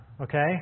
okay